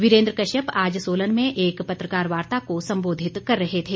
वीरेन्द्र कश्यप आज सोलन में एक पत्रकार वार्ता को संबोधित कर रहे थे